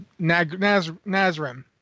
Nazrim